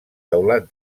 teulat